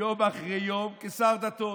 יום אחרי יום כשר דתות.